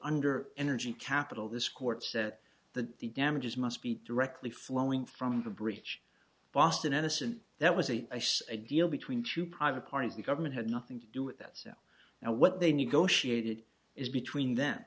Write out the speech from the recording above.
under energy capital this court said that the damages must be directly flowing from the breach boston innocent that was a a deal between two private parties the government had nothing to do with it so now what they negotiated is between them